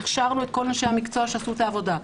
הכשרנו את כל אנשי המקצוע שעשו את העבודה.